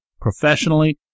professionally